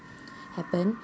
happen